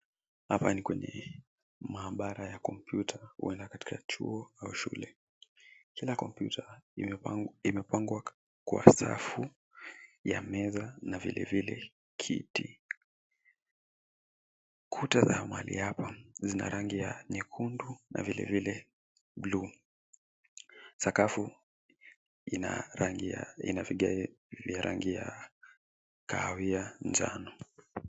Hapa ni kwenye maabara ya kompyuta huenda katika chuo au shule. Kila kompyuta imepangwa kwa safu ya meza na vilevile kiti. Kuta za mahali hapa zina rangi ya nyekundu na vile vile blue . Sakafu ina vigae vya rangi ya kahawia njano.